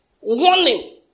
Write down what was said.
Warning